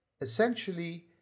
essentially